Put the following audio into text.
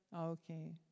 Okay